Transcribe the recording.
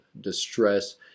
distress